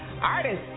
Artists